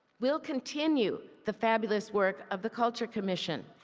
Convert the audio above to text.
will continue the fabulous work of the culture commission.